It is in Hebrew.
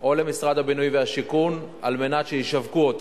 או למשרד הבינוי והשיכון על מנת שישווקו אותן.